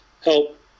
help